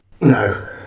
No